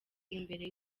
imbere